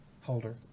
holder